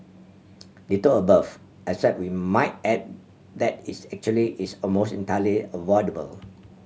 ditto above except we might add that is actually is almost entirely avoidable